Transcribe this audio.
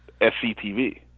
SCTV